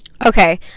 Okay